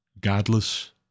godless